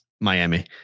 Miami